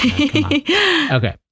Okay